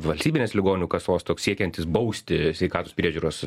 valstybinės ligonių kasos toks siekiantis bausti sveikatos priežiūros